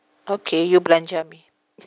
okay you belanja me